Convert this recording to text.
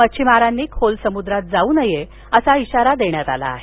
मच्छीमारांनी खोल समुद्रात जाऊ नये असा इशारा देण्यात आला आहे